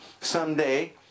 someday